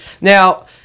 Now